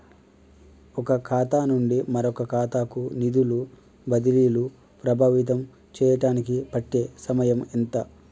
ఒక ఖాతా నుండి మరొక ఖాతా కు నిధులు బదిలీలు ప్రభావితం చేయటానికి పట్టే సమయం ఎంత?